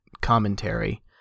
commentary